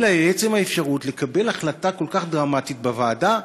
אלא לעצם האפשרות לקבל החלטה כל כך דרמטית בוועדה.